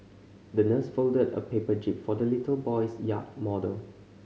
the nurse folded a paper jib for the little boy's yacht model